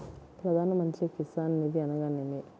ప్రధాన మంత్రి కిసాన్ నిధి అనగా నేమి?